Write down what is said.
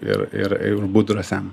ir ir ir būt drąsiam